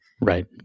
Right